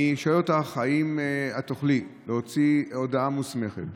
אני שואל אותך אם תוכלי להוציא הודעה מוסמכת,